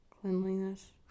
Cleanliness